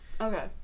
Okay